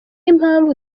impamvu